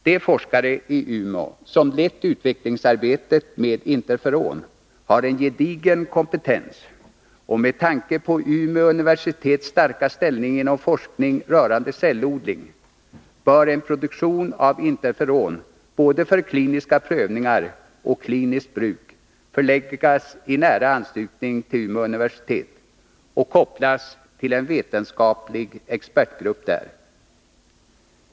De forskare i Umeå som lett utvecklingsarbetet med interferon har en gedigen kompetens, och på grund av Umeå universitets starka ställning inom forskning rörande cellodling bör en produktion av interferon för både kliniska prövningar och kliniskt bruk förläggas i nära anslutning till Umeå universitet och kopplas till en vetenskaplig expertgrupp där.